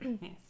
Yes